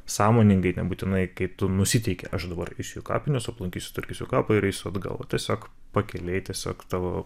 sąmoningai nebūtinai kai tu nusiteiki aš dabar eisiu į kapines aplankysiu sutvarkysiu kapą ir eisiu atgal tiesiog pakiliai tiesiog tavo